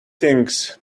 things